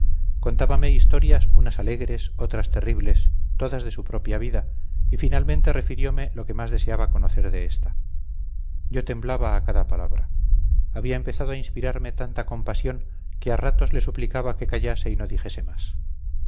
contábame historias unas alegres otras terribles todas de su propia vida y finalmente refiriome lo que más deseaba conocer de esta yo temblaba a cada palabra había empezado a inspirarme tanta compasión que a ratos le suplicaba que callase y no dijese más